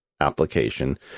Application